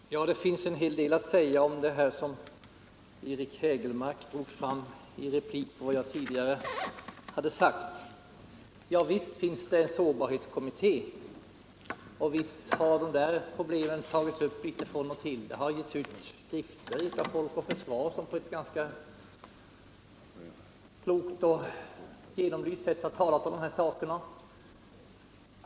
Herr talman! Det finns en hel del att anföra om det som Eric Hägelmark tog upp i sin polemik mot vad jag tidigare sade. Visst finns det en sårbarhetskommitté, och visst har problemen tagits upp från och till. Folk och Försvar har gett ut skrifter, som på ett ganska klokt och belysande sätt har talat om dessa saker.